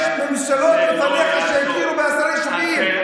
יש ממשלות לפניך שהכירו בעשרה יישובים.